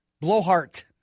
blowhard